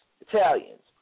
Italians